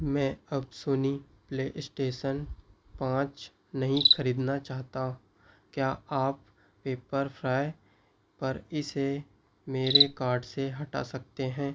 मैं अब Sony PlayStation पाँच नहीं ख़रीदना चाहता क्या आप पेपरफ्राय पर इसे मेरे कार्ट से हटा सकते हैं